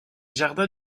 jardins